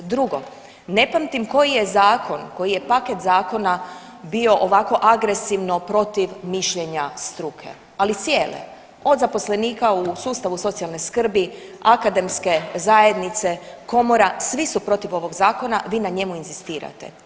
Drugo, ne pamtim koji je zakon, koji je paket zakona bio ovako agresivno protiv mišljenja struke, ali cijele, od zaposlenika u sustavu socijalne skrbi, akademske zajednice, komora, svi su protiv ovog zakona, vi na njemu inzistirate.